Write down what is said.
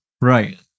Right